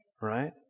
right